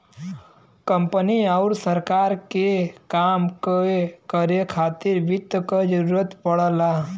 company आउर सरकार के काम के करे खातिर वित्त क जरूरत पड़ला